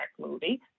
movie